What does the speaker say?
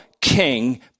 king